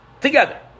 Together